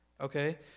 Okay